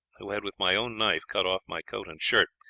who had with my own knife cut off my coat and shirt,